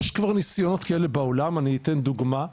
יש ניסיונות כבר בשאר העולם ואני אתן דוגמה,